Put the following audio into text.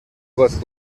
вас